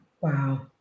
Wow